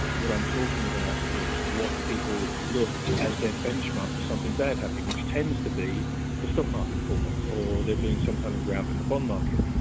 what i'm talking about is what people look as their benchmark for something bad happening, which tends to be the stock market falling or there being some kind of round in the bond market. you